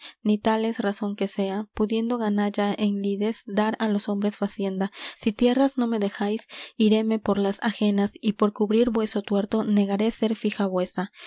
ni tal es razón que sea pudiendo ganalla en lides dar á los homes facienda si tierras no me dejáis iréme por las agenas y por cubrir vueso tuerto negaré ser fija vuesa